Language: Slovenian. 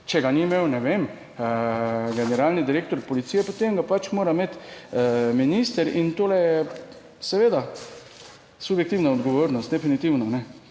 Če ga ni imel, ne vem, generalni direktor policije, potem ga pač mora imeti minister. In to je seveda subjektivna odgovornost definitivno,